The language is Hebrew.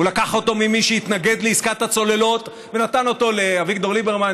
הוא לקח אותו ממי שהתנגד לעסקת הצוללות ונתן אותו לאביגדור ליברמן,